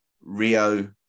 Rio